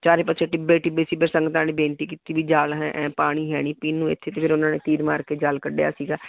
ਚਾਰੇ ਪਾਸੇ ਟਿੱਬੇ ਟਿੱਬੇ ਸੀ ਫਿਰ ਸੰਗਤਾਂ ਨੇ ਬੇਨਤੀ ਕੀਤੀ ਵੀ ਜਲ ਹ ਪਾਣੀ ਹੈ ਨਹੀਂ ਪੀਣ ਨੂੰ ਇੱਥੇ ਫਿਰ ਉਹਨਾਂ ਨੇ ਤੀਰ ਮਾਰ ਕੇ ਜਲ ਕੱਢਿਆ ਸੀਗਾ